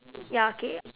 ya okay